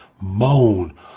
moan